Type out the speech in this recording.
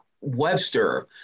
Webster